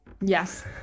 Yes